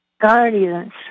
Guardians